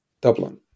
Dublin